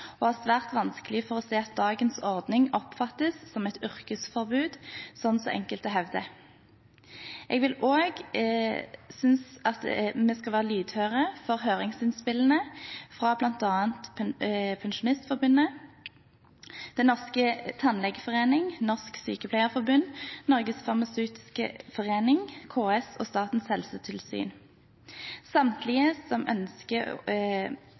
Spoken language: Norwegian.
og har svært vanskelig for å se at dagens ordning oppfattes som et yrkesforbud, slik enkelte hevder. Jeg synes også at vi skal være lydhøre for høringsinnspillene fra bl.a. Pensjonistforbundet, Den norske tannlegeforening, Norsk Sykepleierforbund, Norges farmaceutiske forening, KS og Statens helsetilsyn. Samtlige ønsker